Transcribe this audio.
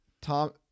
tom